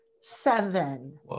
seven